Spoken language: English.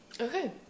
Okay